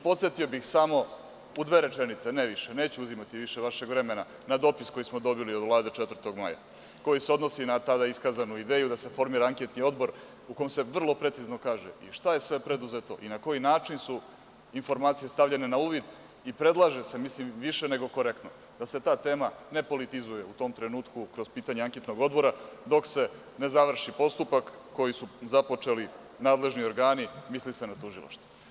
Podsetio bih samo u dve rečenice, ne više, neću uzimati više vašeg vremena, na dopis koji smo dobili od Vlade 4. maja, a koji se odnosi na tada iskazanu ideju da se formira anketni odbor u kom se vrlo precizno kaže i šta je sve preduzeto i na koji način su informacije stavljene na uvid i predlaže se, više nego korektno, da se ta tema nepolitizuje, u tom trenutku, kroz pitanja anketnog odbora, dok se ne završi postupak koji su započeli nadležni organi, a misli se na tužilaštvo.